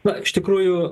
na iš tikrųjų